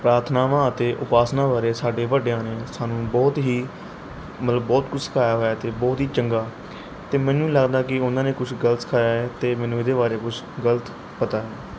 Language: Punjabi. ਪ੍ਰਾਰਥਨਾਵਾਂ ਅਤੇ ਉਪਾਸਨਾ ਬਾਰੇ ਸਾਡੇ ਵੱਡਿਆਂ ਨੇ ਸਾਨੂੰ ਬਹੁਤ ਹੀ ਮਤਲਬ ਬਹੁਤ ਕੁਛ ਸਿਖਾਇਆ ਹੋਇਆ ਅਤੇ ਬਹੁਤ ਹੀ ਚੰਗਾ ਅਤੇ ਮੈਨੂੰ ਨਹੀਂ ਲੱਗਦਾ ਕਿ ਉਹਨਾਂ ਨੇ ਕੁਛ ਗਲਤ ਸਿਖਾਇਆ ਏ ਅਤੇ ਮੈਨੂੰ ਇਹਦੇ ਬਾਰੇ ਕੁਛ ਗਲਤ ਪਤਾ ਹੈ